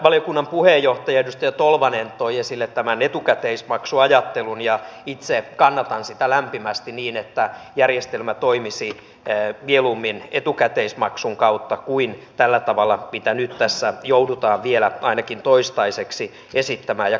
valiokunnan puheenjohtaja edustaja tolvanen toi esille tämän etukäteismaksuajattelun ja itse kannatan sitä lämpimästi niin että järjestelmä toimisi mieluummin etukäteismaksun kautta kuin tällä tavalla mitä nyt tässä joudutaan vielä ainakin toistaiseksi esittämään ja käyttöön ottamaan